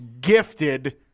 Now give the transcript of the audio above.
gifted